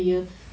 mm